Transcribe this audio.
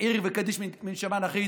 "עיר וקדיש מן שמיא נָחִת",